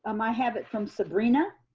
um i have it from sabrina,